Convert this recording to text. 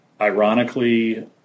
ironically